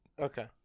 okay